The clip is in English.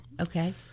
Okay